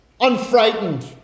Unfrightened